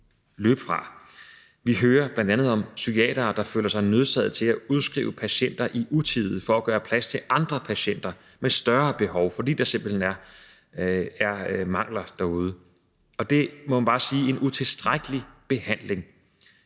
løbe fra. Vi hører bl.a. om psykiatere, der føler sig nødsaget til at udskrive patienter i utide for at gøre plads til andre patienter med større behov, fordi der simpelt hen er mangler derude, og det må man bare sige er en utilstrækkelig behandling.